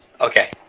Okay